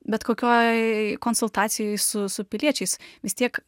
bet kokioj konsultacijoj su su piliečiais vis tiek